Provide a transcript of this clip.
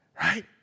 Right